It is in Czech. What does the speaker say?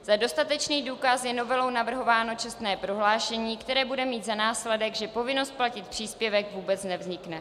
Za dostatečný důkaz je novelou navrhováno čestné prohlášení, které bude mít za následek, že povinnost platit příspěvek vůbec nevznikne.